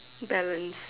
balance